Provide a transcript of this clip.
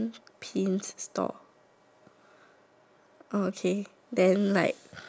oh okay then like the word is like buy your dad the perfect gift